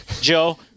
Joe